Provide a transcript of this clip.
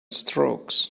strokes